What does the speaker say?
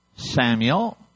Samuel